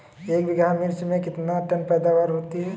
एक बीघा मिर्च में कितने टन पैदावार होती है?